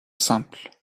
simple